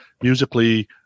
Musically